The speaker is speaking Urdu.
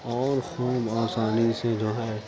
اور خوب آسانی سے جو ہے